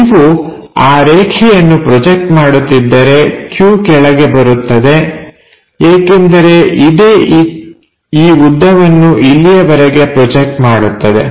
ನೀವು ಆ ರೇಖೆಯನ್ನು ಪ್ರೊಜೆಕ್ಟ್ ಮಾಡುತ್ತಿದ್ದರೆ q ಕೆಳಗೆ ಬರುತ್ತದೆ ಏಕೆಂದರೆ ಇದೇ ಈ ಉದ್ದವನ್ನು ಇಲ್ಲಿಯವರೆಗೆ ಪ್ರೊಜೆಕ್ಟ್ ಮಾಡುತ್ತದೆ